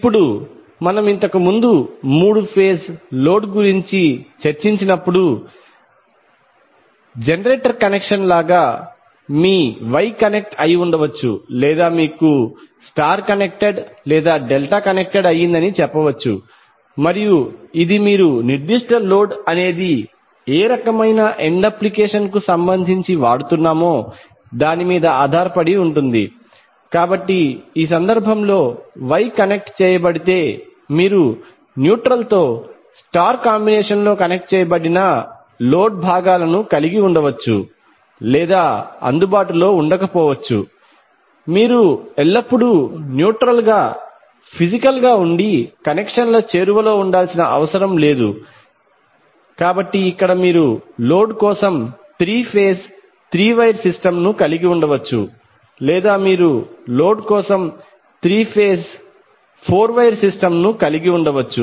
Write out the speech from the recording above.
ఇప్పుడు మనము ఇంతకుముందు మూడు ఫేజ్ లోడ్ గురించి చర్చించినపుడు జెనరేటర్ కనెక్షన్ లాగా మీ వై కనెక్ట్ అయి ఉండవచ్చు లేదా మీకు స్టార్ కనెక్టెడ్ లేదా డెల్టా కనెక్టెడ్ అయ్యిందని చెప్పవచ్చు మరియు ఇది మీరు నిర్దిష్ట లోడ్ అనేది ఏ రకమైన ఎండ్ అప్లికేషన్ కు సంబంధించి వాడుతున్నామో దాని మీద ఆధారపడి ఉంటుంది కాబట్టి ఈ సందర్భం లో వై కనెక్ట్ చేయబడితే మీరు న్యూట్రల్ తో స్టార్ కాంబినేషన్లో కనెక్ట్ చేయబడిన లోడ్ భాగాలను కలిగి ఉండవచ్చు లేదా అందుబాటులో ఉండకపోవచ్చు మీరు ఎల్లప్పుడూ న్యూట్రల్ గా ఫిజికల్ గా ఉండి కనెక్షన్ల చేరువలో ఉండాల్సిన అవసరం లేదు కాబట్టి ఇక్కడ మీరు లోడ్ కోసం three phase three wire system ను కలిగి ఉండవచ్చు లేదా మీరు లోడ్ కోసం three phase four wire system ను కలిగి ఉండవచ్చు